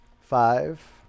Five